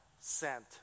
sent